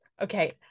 okay